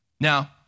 Now